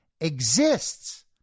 exists